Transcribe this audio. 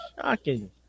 Shocking